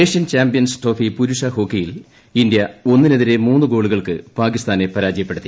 Asian champions trophy പുരുഷ ഹോക്കിയിൽ India ഒന്നിനെതിരെ മൂന്ന് ഗോളുകൾക്ക് പാകിസ്ഥാനെ പരാജയപ്പെടുത്തി